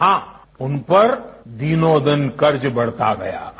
हां उनपर दिनों दिन कर्ज बढ़ता गया था